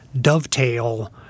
dovetail